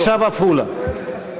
עכשיו עפולה.